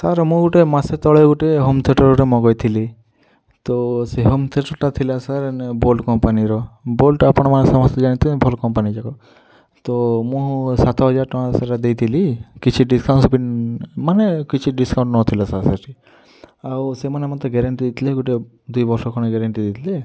sir ମୁଁ ଗୋଟେ ମାସେ ତଳେ ଗୋଟେ ହୋମ୍ ଥ୍ରୀଏଟର୍ ଗୋଟେ ମଗେଇ ଥିଲି ତ ସେ ହୋମ୍ ଥ୍ରୀଏଟର୍ ଟା ଥିଲା ସାର୍ ବୋଲ୍ଟ କମ୍ପାନୀର ବୋଲ୍ଟ ଆପଣମାନେ ସମସ୍ତେ ଜାଣିଥିବେ ଭଲ କମ୍ପାନୀ ଏ ଯାକ ତ ମୁଁ ସାତ ହଜାର ଟଙ୍କା ସେଟା ଦେଇଥିଲି କିଛି ଡ଼ିସକାଉଣ୍ଟ ମାନେ କିଛି ଡ଼ିସକାଉଣ୍ଟ ନଥିଲା ସାର୍ ସେଠି ଆଉ ସେମାନେ ମତେ ଗ୍ୟାରେଣ୍ଟି ଦେଇଥିଲେ ଗୋଟେ ଦୁଇ ବର୍ଷ ଖଣ୍ଡେ ଗ୍ୟାରେଣ୍ଟି ଦେଇଥିଲେ ଦେଇଥିଲେ